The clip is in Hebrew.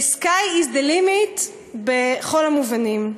the sky is the limit בכל המובנים.